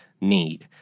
need